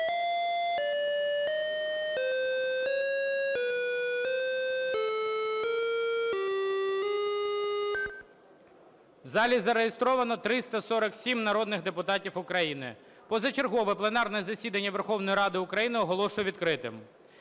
В залі зареєстровано 347 народних депутатів України. Позачергове пленарне засідання Верховної Ради України оголошую відкритим.